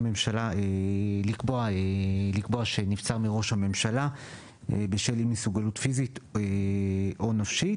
לממשלה לקבוע שנבצר מראש הממשלה בשל אי מסוגלות פיזית או נפשית,